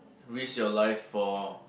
risk your life for